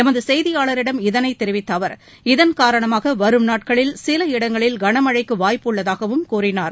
எமது செய்தியாளரிடம் இதனை தெரிவித்த அவர் இதன் காரணமாக வரும் நாட்களில் சில இடங்களில் கனமழைக்கு வாய்ப்பு உள்ளதாகவும் கூறினார்